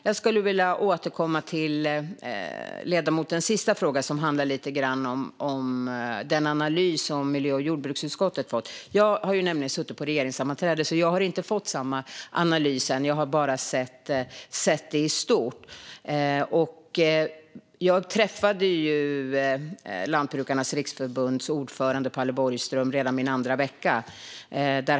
Jag skulle vilja återkomma till ledamotens sista fråga, som handlar lite grann om den analys som miljö och jordbruksutskottet fått. Jag har nämligen suttit i regeringssammanträde, så jag har inte fått den analysen än. Jag har bara sett det i stort. Jag träffade Lantbrukarnas Riksförbunds ordförande Palle Borgström redan under min andra vecka.